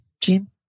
Jim